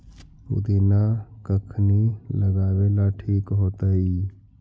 पुदिना कखिनी लगावेला ठिक होतइ?